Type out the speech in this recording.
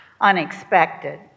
unexpected